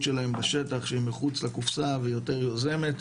שלהם בשטח שהיא מחוץ לקופסא ויותר יוזמת,